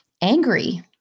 angry